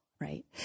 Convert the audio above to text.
right